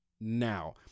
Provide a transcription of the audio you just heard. now